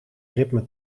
ritme